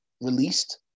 released